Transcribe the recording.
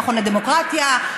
המכון לדמוקרטיה,